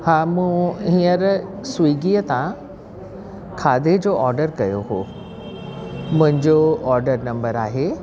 हा मूं हींअर स्विगीअ तां खाधे जो ऑडर कयो हो मुंहिंजो ऑडर नंबर आहे